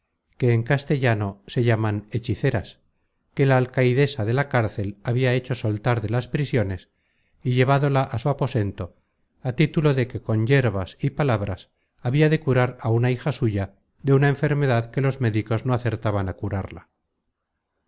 que en castellano se llaman hechiceras que la alcaidesa de la cárcel habia hecho soltar de las prisiones y llevádola á su aposento á título de que con yerbas y palabras habia de curar á una hija suya de una enfermedad que los médicos no acertaban á curarla